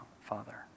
Father